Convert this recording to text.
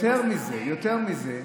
יותר מזה, יותר מזה: